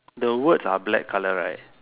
the words are black color right